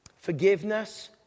Forgiveness